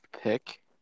pick